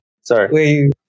Sorry